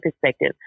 perspective